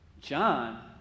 John